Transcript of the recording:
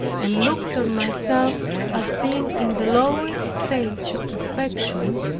and looked on myself as being in the lowest stage of perfection,